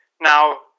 now